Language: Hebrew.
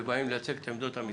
ובאים לייצג את עמדות המשרד.